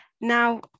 Now